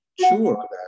sure